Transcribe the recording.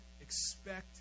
expect